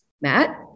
Matt